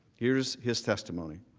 here is his testimony.